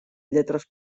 lletres